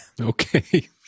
Okay